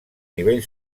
nivell